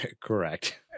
Correct